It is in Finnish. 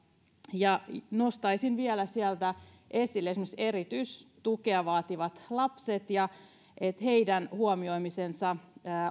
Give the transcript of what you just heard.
nostaisin vielä esille esimerkiksi erityistukea vaativat lapset heidän huomioimisensa